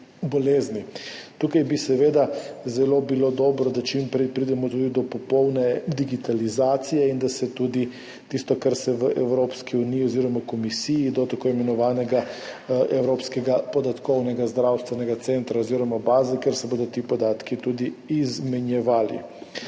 Tukaj bi seveda bilo zelo dobro, da čim prej pridemo tudi do popolne digitalizacije in do tistega, kar je v Evropski uniji oziroma Komisiji, do tako imenovanega evropskega podatkovnega zdravstvenega centra oziroma baze, kjer se bodo ti podatki tudi izmenjevali.